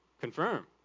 confirm